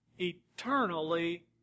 eternally